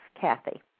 Kathy